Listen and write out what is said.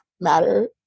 Matter